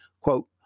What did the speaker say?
Quote